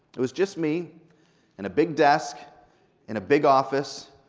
it was just me and a big desk and a big office,